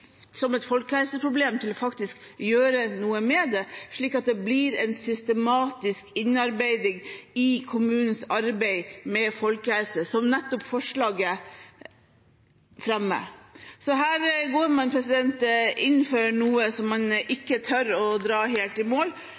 som et folkehelseproblem til faktisk å gjøre noe med det, slik at det blir en systematisk innarbeiding i kommunenes arbeid med folkehelse, som nettopp forslaget tar opp. Så her går man inn for noe som man ikke tør å dra helt i mål,